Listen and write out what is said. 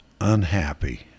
unhappy